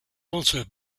also